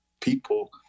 people